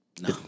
No